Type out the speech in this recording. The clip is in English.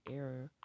error